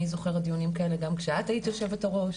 אני זוכרת דיונים כאלה גם כשאת היית יושבת הראש